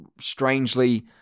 Strangely